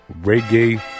reggae